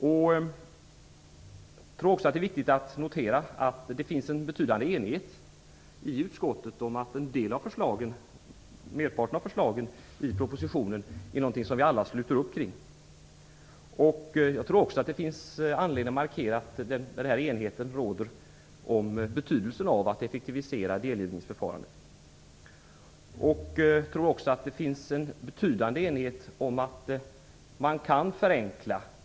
Det är också viktigt att notera att det finns en betydande enighet i utskottet om att merparten av förslagen i propositionen är någonting som vi alla sluter upp kring. Det finns också anledning att markera att enighet råder om betydelsen av att effektivisera delgivningsförfarandet. Jag tror också att det finns en betydande enighet om att man kan förenkla.